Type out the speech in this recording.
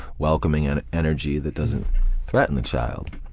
welcoming and energy that doesn't threaten the child.